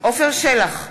עפר שלח,